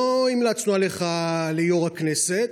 לא המלצנו עליך ליו"ר הכנסת,